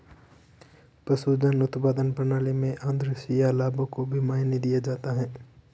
पशुधन उत्पादन प्रणाली में आद्रशिया लाभों को भी मायने दिया जाता है